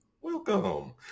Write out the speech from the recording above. Welcome